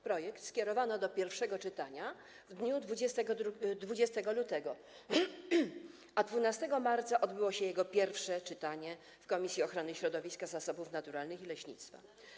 Projekt skierowano do pierwszego czytania w dniu 20 lutego, a 12 marca odbyło się jego pierwsze czytanie w Komisji Ochrony Środowiska, Zasobów Naturalnych i Leśnictwa.